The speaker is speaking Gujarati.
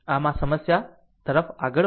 આમ સમસ્યા તરફ આગળ વધો